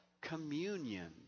communion